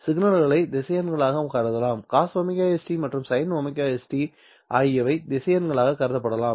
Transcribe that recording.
சிக்னல்களை திசையன்களாகக் கருதலாம் cosωs t மற்றும் sinωs t ஆகியவை திசையன்களாக கருதப்படலாம்